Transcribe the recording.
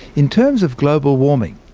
in terms of global warming,